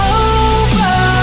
over